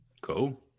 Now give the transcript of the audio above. Cool